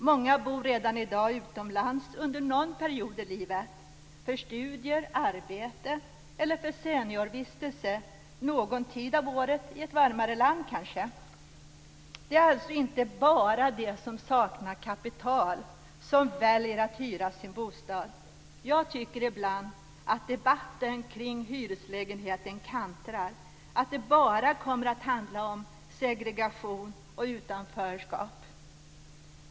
Många bor redan i dag utomlands under någon period i livet - för studier, arbete eller kanske för seniorvistelse någon tid av året i ett varmare land. Det är alltså inte bara de som saknar kapital som väljer att hyra sin bostad. Jag tycker ibland att debatten kring hyreslägenheter kantrar och att det bara handlar om segregation och utanförskap.